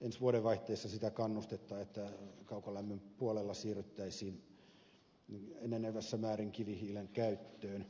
ensi vuodenvaihteessa sitä kannustetta että kaukolämmön puolella siirryttäisiin enenevässä määrin kivihiilen käyttöön